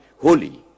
holy